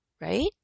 right